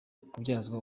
kubyazwa